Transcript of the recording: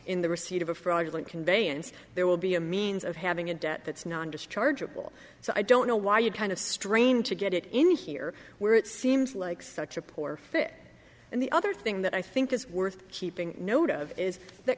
in the receipt of a fraudulent conveyance there will be a means of having a debt that's non dischargeable so i don't know why you'd kind of strained to get it in here where it seems like such a poor fit and the other thing that i think is worth keeping note of is that